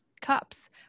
cups